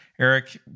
Eric